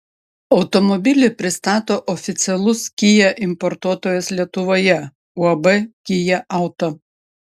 automobilį pristato oficialus kia importuotojas lietuvoje uab kia auto